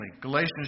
Galatians